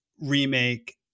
remake